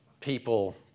People